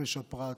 חופש הפרט,